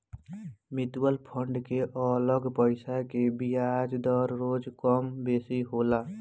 mutual fund के लागल पईसा के बियाज दर रोज कम बेसी होला